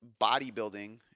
bodybuilding